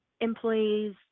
employees